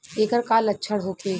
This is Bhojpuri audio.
ऐकर का लक्षण होखे?